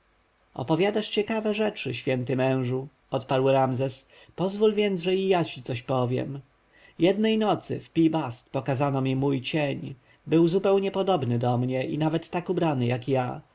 opowiadasz ciekawe rzeczy święty mężu odparł ramzes pozwól więc że i ja ci coś powiem jednej nocy w pi-bast pokazano mi mój cień był zupełnie podobny do mnie i nawet tak ubrany jak ja